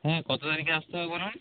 হ্যাঁ কত তারিখে আসতে হবে বলুন